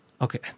okay